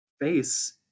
face